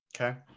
Okay